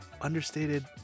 Understated